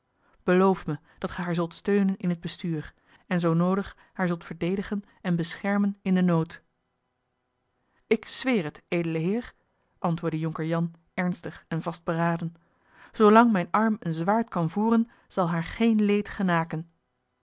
beloof me dat ge haar zult steunen in het bestuur en zoo noodig haar zult verdedigen en beschermen in den nood ik zweer het edele heer antwoordde jonker jan ernstig en vastberaden zoolang mijn arm een zwaard kan voeren zal haar geen leed genaken